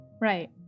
Right